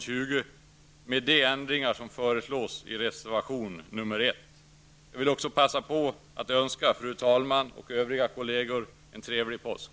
Jag vill också passa på att önska fru talmannen och övriga kolleger en trevlig påsk.